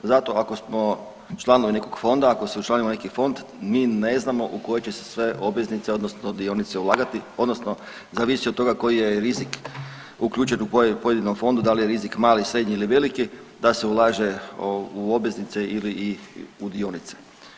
Zato ako smo članovi nekog fonda, ako se učlanimo u neki fond mi ne znamo u koje će se sve obveznice odnosno dionice ulagati odnosno zavisi od toga koji je rizik uključen u kojem pojedinom fondu, da li je rizik mali, srednji ili veliki da se ulaže u obveznice ili i u dionice.